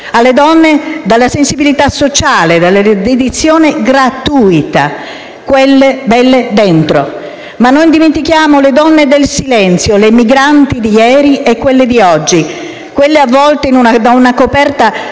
alle donne della sensibilita sociale, della dedizione gratuita: quelle belle dentro. E non dimentichiamo le donne del silenzio, le migranti di ieri e quelle di oggi; quelle avvolte da una coperta